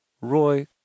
Roy